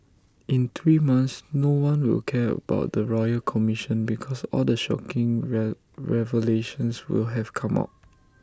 in three months no one will care about the royal commission because all the shocking re revelations will have come out